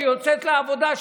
שיוצאת לעבודה,